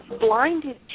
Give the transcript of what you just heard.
blinded